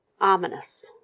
ominous